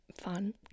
fun